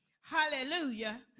Hallelujah